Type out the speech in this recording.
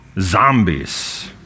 Zombies